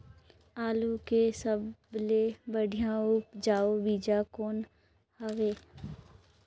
आलू के सबले बढ़िया उपजाऊ बीजा कौन हवय?